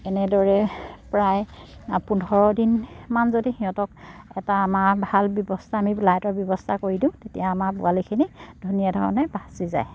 এনেদৰে প্ৰায় পোন্ধৰ দিনমান যদি সিহঁতক এটা আমাৰ ভাল ব্যৱস্থা আমি লাইটৰ ব্যৱস্থা কৰি দিওঁ তেতিয়া আমাৰ পোৱালিখিনি ধুনীয়া ধৰণে বাছি যায়